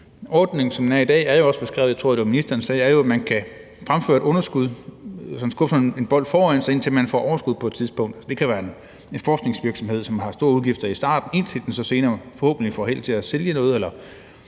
Ordningen, som den er i dag, er jo også beskrevet. Jeg tror, det var ministeren, der sagde, at man kan fremføre et underskud, ligesom man skubber en bold foran sig, indtil man får overskud på et tidspunkt. Det kan være en forskningsvirksomhed, som har store udgifter i starten, men som senere forhåbentlig får held til at sælge noget, eller